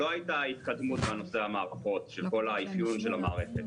לא הייתה התקדמות בנושא המערכות של כל האפיון של המערכת.